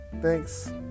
Thanks